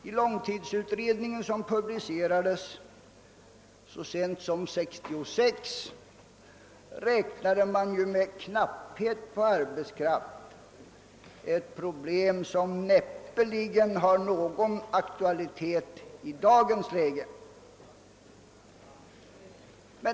I långtidsutredningens betänkande, som publicerades så sent som 1966, räknade man med knapphet på arbetskraft — ett problem som näppeligen har någon aktualitet i dagens läge.